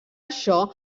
això